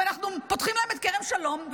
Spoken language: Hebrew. ואנחנו פותחים להם את כרם שלום,